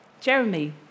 Jeremy